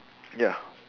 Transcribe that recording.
ya